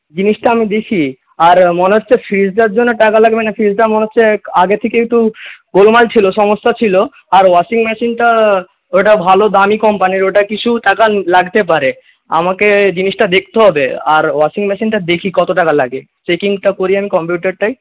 জিনিসটা আমি দেখি আর মনে হচ্ছে ফ্রিজটার জন্য টাকা লাগবে না ফ্রিজটা মনে হচ্ছে আগে থেকে একটু গোলমাল ছিল সমস্যা ছিল আর ওয়াশিং মেশিনটা ওটা ভালো দামি কোম্পানির ওটা কিছু টাকা লাগতে পারে আমাকে জিনিসটা দেখতে হবে আর ওয়াশিং মেশিনটা দেখি কত টাকা লাগে চেকিংটা করি আমি কম্পিউটারটায়